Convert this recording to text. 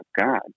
God